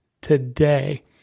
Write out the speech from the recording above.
today